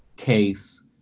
case